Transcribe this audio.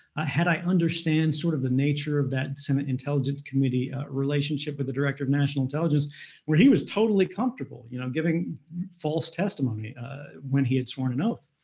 ah had i understand sort of the nature of that senate intelligence committee relationship with the director of national intelligence where he was totally comfortable you know giving false testimony when he had sworn an oath,